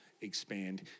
Expand